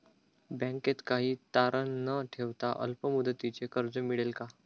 बँकेत काही तारण न ठेवता अल्प मुदतीचे कर्ज मिळेल का?